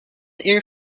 air